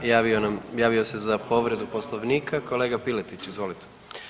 Javio se za povredu Poslovnika kolega Piletić, izvolite.